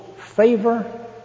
favor